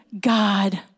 God